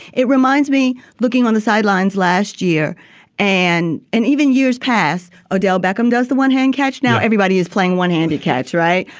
it reminds me, looking on the sidelines last year and and even years past, odell beckham does the one hand catch. now everybody is playing one handed catch, right?